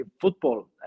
football